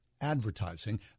Advertising